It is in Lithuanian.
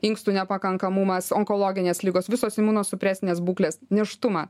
inkstų nepakankamumas onkologinės ligos visos imunosupresinės būklės nėštumą